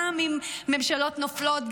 גם אם ממשלות נופלות,